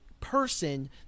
person